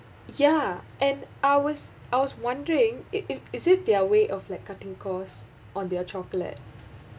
ya and I was I was wondering it it it is their way of like cutting cost on their chocolate